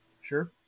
Sure